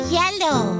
yellow